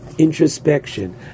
introspection